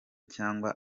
cyangwa